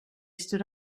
stood